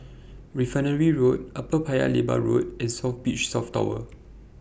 Refinery Road Upper Paya Lebar Road and South Beach South Tower